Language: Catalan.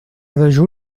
dejú